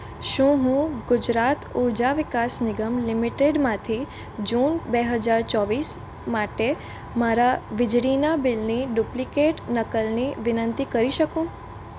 શું હું ગુજરાત ઊર્જા વિકાસ નિગમ લિમિટેડમાંથી જૂન બે હજાર ચોવીસ માટે મારા વીજળીના બિલની ડુપ્લિકેટ નકલની વિનંતી કરી શકું